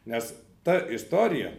nes ta istorija